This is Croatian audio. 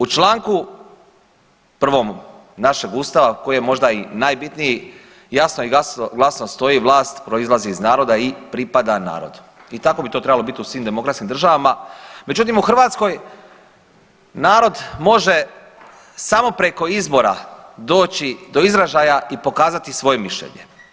U članku prvomu našeg ustava koji je možda i najbitniji jasno i glasno stoji vlast proizlazi iz naroda i pripada narodu i tako bi to trebalo bit u svim demokratskim državama, međutim u Hrvatskoj narod može samo preko izbora doći do izražaja i pokazati svoje mišljenje.